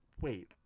wait